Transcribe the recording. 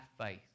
faith